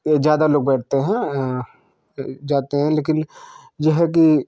ये ज़्यादा लोग बैठते हैं बैठ जाते हैं लेकिन जो है कि